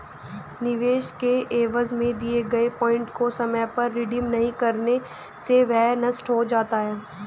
निवेश के एवज में दिए गए पॉइंट को समय पर रिडीम नहीं करने से वह नष्ट हो जाता है